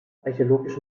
archäologisch